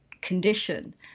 condition